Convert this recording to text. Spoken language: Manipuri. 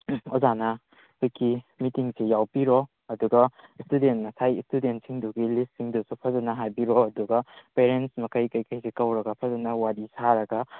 ꯑꯣꯖꯥꯅ ꯍꯧꯖꯤꯛꯀꯤ ꯃꯤꯇꯤꯡꯁꯤ ꯌꯥꯎꯕꯤꯔꯣ ꯑꯗꯨꯒ ꯏꯁꯇꯨꯗꯦꯟꯅ ꯉꯁꯥꯏ ꯏꯁꯇꯨꯗꯦꯟꯁꯤꯡꯗꯨꯒꯤ ꯂꯤꯁꯁꯤꯡꯗꯨꯁꯨ ꯐꯖꯅ ꯍꯥꯏꯕꯤꯔꯣ ꯑꯗꯨꯒ ꯄꯦꯔꯦꯟꯁ ꯃꯈꯩ ꯀꯩꯀꯩꯁꯦ ꯀꯧꯔꯒ ꯐꯖꯅ ꯋꯥꯔꯤ ꯁꯥꯔꯒ